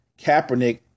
Kaepernick